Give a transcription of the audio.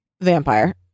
Vampire